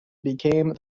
became